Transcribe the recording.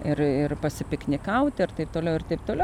ir ir pasipiknikauti ir taip toliau ir taip toliau